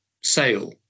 sale